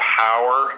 power